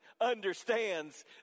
understands